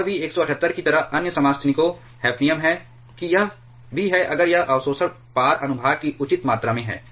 और भी 178 की तरह अन्य समस्थानिकों हैफ़नियम है कि यह भी है अगर यह अवशोषण पार अनुभाग की उचित मात्रा में है